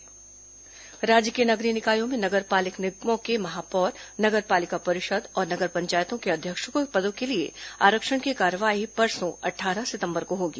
नगरीय निकाय आरक्षण कार्यवाही राज्य के नगरीय निकायों में नगर पालिक निगमों के महापौर नगर पालिका परिषद् और नगर पंचायतों के अध्यक्षों के पदों के लिए आरक्षण की कार्यवाही परसों अट्ठारह सितम्बर को होगी